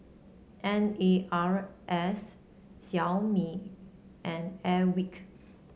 N A S Xiaomi and Airwick